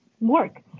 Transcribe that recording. work